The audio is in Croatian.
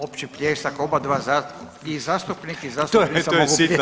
Opći pljesak, obadva i zastupnik i zastupnica